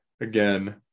again